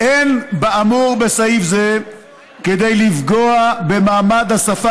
"אין באמור בסעיף זה כדי לפגוע במעמד השפה